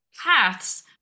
paths